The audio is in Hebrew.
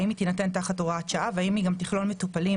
האם היא תינתן תחת הוראת שעה והאם היא גם תכלול מטופלים